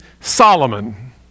Solomon